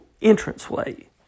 entranceway